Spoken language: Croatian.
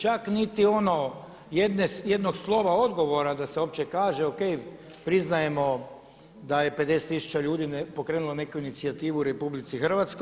Čak niti ono jednog slova odgovora da se uopće kaže, o.k. Priznajemo da je 50000 ljudi pokrenulo neku inicijativu u RH.